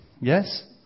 Yes